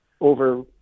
over